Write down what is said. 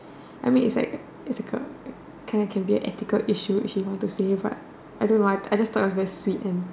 I mean is like difficult and it can can be an ethical issue if you want to say but I don't know I I just thought that it was really sweet and